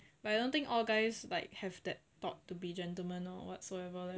but I don't think all guys like have that thought to be gentleman lor or whatsoever leh